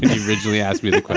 and originally asked me like but